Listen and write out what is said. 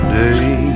day